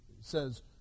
says